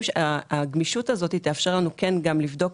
הגמישות הזאת תאפשר לנו לבדוק.